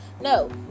No